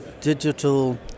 digital